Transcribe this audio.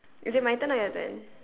is it my turn or your turn